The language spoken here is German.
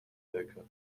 elke